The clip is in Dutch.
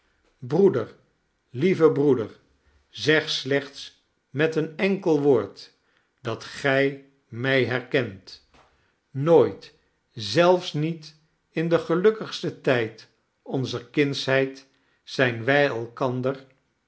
broeder lieve broeder zeg slechts met een enkel woord dat gij mij herkent nooit zelfs niet in den gelukkigsten tijd onzer kindsheid zijn wij elkander